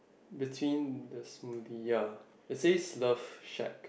between the smoothie ya it says the shack